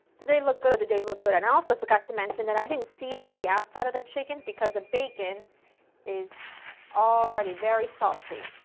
do they look good or do they look good and i also forgot to mention that i didn't season the outside of the chicken because the bacon is already very salty.